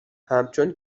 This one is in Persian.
همچون